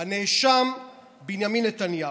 הנאשם בנימין נתניהו.